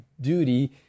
duty